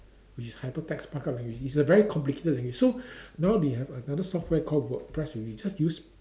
which is a hypertext markup language it's a very complicated language so now they have another software called WordPress only just use